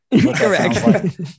Correct